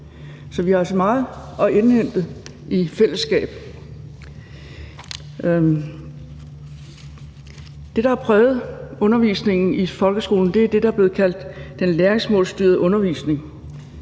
Så vi har altså meget at indhente i fællesskab. Det, der har præget undervisningen i folkeskolen, er jo det, der er blevet kaldt den læringsmålstyrede undervisning,